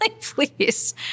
please